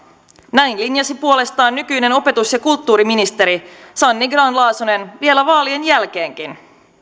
näin linjasi puolestaan nykyinen opetus ja kulttuuriministeri sanni grahn laasonen vielä vaalien jälkeenkin